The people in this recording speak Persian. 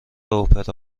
اپرا